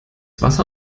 wasser